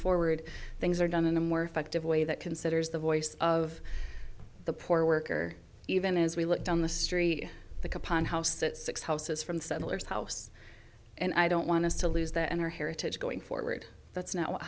forward things are done in a more effective way that considers the voice of the poor worker even as we look down the street at the capone house that six houses from the settlers house and i don't want us to lose that and our heritage going forward that's not what